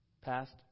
Past